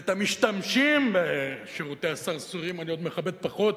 ואת המשתמשים בשירותי הסרסורים אני עוד מכבד פחות